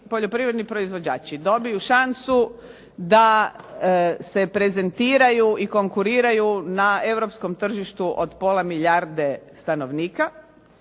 poljoprivredni proizvođači dobiju šansu da se prezentiraju i konkuriraju na europskom tržištu od pola milijarde stanovnika,